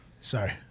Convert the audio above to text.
Sorry